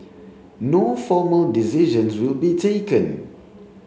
no formal decisions will be taken